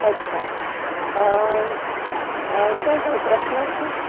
અચ્છા શું કઈ પ્રશ્ન છે